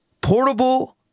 portable